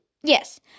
Yes